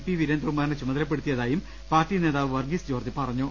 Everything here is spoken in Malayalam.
പി വീരേന്ദ്രകുമാറിനെ ചുമതലപ്പെ ടുത്തിയതായും പാർട്ടി നേതാവ് വർഗീസ് ജോർജ്ജ് പറഞ്ഞു